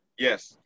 Yes